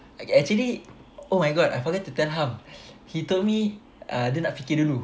I actually oh my god I forgot to tell ham he told me uh dia nak fikir dulu